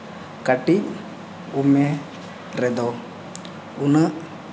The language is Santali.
ᱠᱟᱹᱴᱤᱡ ᱩᱢᱮᱹᱨ ᱨᱮᱫᱚ ᱩᱱᱟᱹᱜ